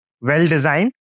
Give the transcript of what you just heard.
well-designed